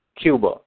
Cuba